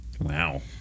Wow